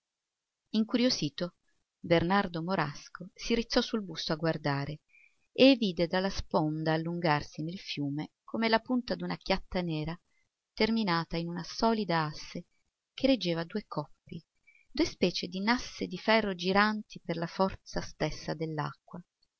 incuriosito bernardo morasco si rizzò sul busto a guardare e vide dalla sponda allungarsi nel fiume come la punta d'una chiatta nera terminata in una solida asse che reggeva due coppi due specie di nasse di ferro giranti per la forza stessa